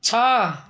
ଛଅ